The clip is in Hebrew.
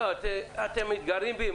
אתם מתגרים בי,